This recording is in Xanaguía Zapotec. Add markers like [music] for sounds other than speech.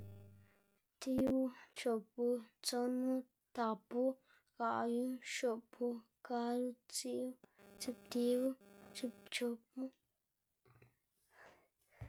Tibu, chopu, tsonu, tapu, ga'yu, xopu, gadzu, tsiꞌwu, tsiꞌptibu. tsiꞌpchopu. [noise]